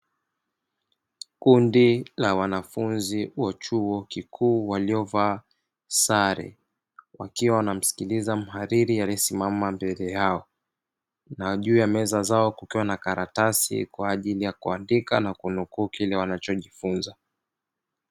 Kundi la wanafunzi wa chuo kikuu walivaa sare, wakiwa wanamsikiliza mhariri aliyesimama mbele yao na juu ya meza zao kukiwa na karatasi kwa ajili ya kuandika na kunukuu kile wanachojifunza.